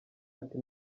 ati